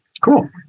cool